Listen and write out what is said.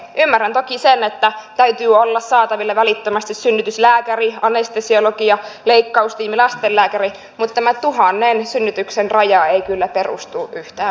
ymmärrän toki sen että täytyy olla saatavilla välittömästi synnytyslääkäri anestesiologi ja leikkaustiimi lastenlääkäri mutta tämä tuhannen synnytyksen raja ei kyllä perustu yhtään mihinkään